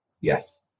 Yes